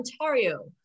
Ontario